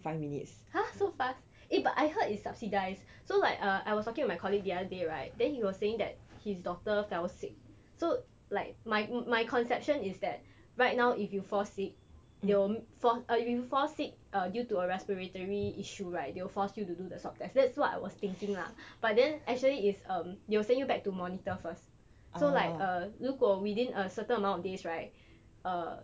!huh! so fast eh but I heard it's subsidised so like uh I was talking to my colleague the other day right then he was saying that his daughter fell sick so like my my conception is that right now if you fall sick they will um force if you fall sick uh due to a respiratory issue right they will force you to do the swap test that's what I was thinking lah but then actually it's um they will send you back to monitor first so like uh 如果 within a certain amount of days right